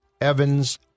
Evans